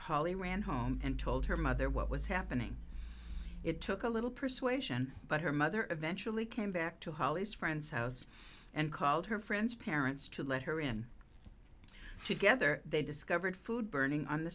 holly ran home and told her mother what was happening it took a little persuasion but her mother eventually came back to holly's friend's house and called her friends parents to let her in together they discovered food burning on the